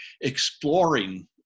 exploring